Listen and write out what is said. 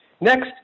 Next